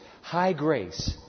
high-grace